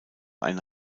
eine